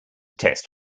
test